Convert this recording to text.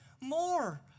more